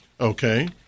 Okay